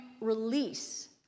release